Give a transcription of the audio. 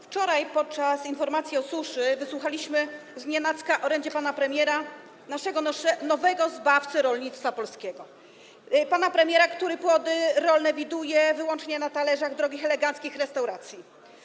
Wczoraj podczas informacji o suszy wysłuchaliśmy znienacka orędzia pana premiera, naszego nowego zbawcy rolnictwa polskiego, pana premiera, który płody rolne widuje wyłącznie na talerzach drogich, eleganckich restauracji.